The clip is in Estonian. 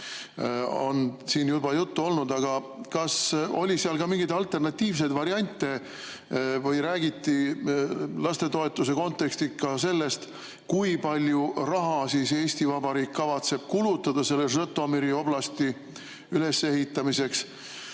on siin juba juttu olnud, aga kas oli ka mingeid alternatiivseid variante või räägiti lastetoetuse kontekstis ka sellest, kui palju raha Eesti Vabariik kavatseb kulutada selle Žõtomõri oblasti ülesehitamiseks.